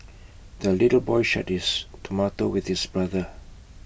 the little boy shared his tomato with his brother